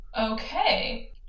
okay